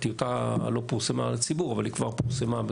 הטיוטה לא פורסמה לציבור אבל היא כבר פורסמה.